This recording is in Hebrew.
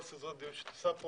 על כל סדרת הדיונים שאת עושה פה